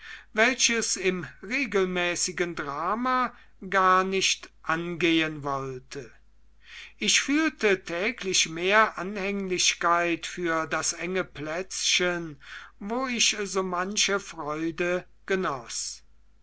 welches im regelmäßigen drama gar nicht angehen wollte ich fühlte täglich mehr anhänglichkeit für das enge plätzchen wo ich so manche freude